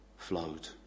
Flowed